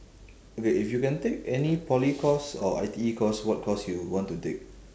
okay if you can take any poly course or I_T_E course what course you want to take